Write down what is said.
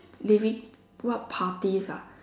leaving what parties ah